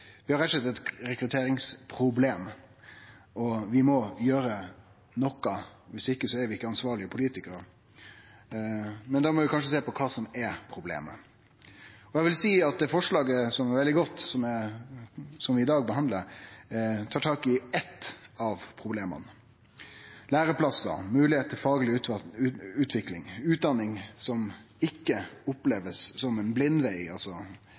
Vi har rett og slett eit rekrutteringsproblem. Vi må gjere noko, viss ikkje er vi ikkje ansvarlege politikarar. Men da må vi kanskje sjå på kva som er problemet. Eg vil seie at det forslaget som vi i dag behandlar, som er veldig godt, tar tak i eitt av problema: læreplassar, moglegheit til fagleg utvikling, utdanning som ikkje blir opplevd som ein blindveg – altså